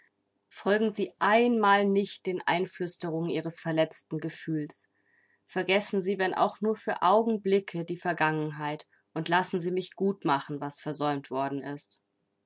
folgen sie einmal nicht den einflüsterungen ihres verletzten gefühls vergessen sie wenn auch nur für augenblicke die vergangenheit und lassen sie mich gut machen was versäumt worden ist